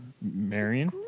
Marion